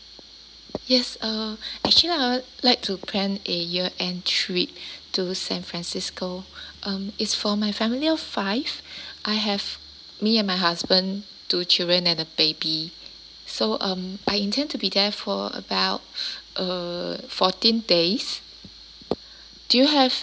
yes uh actually I want like to plan a year end trip to san francisco um it's for my family of five I have me and my husband two children and a baby so um I intend to be there for about uh fourteen days do you have